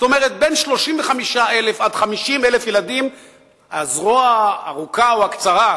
כלומר בין 35,000 ל-50,000 ילדים הזרוע הארוכה או הקצרה,